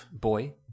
boy